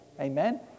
Amen